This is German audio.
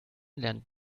lernt